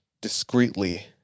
discreetly